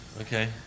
okay